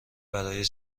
برای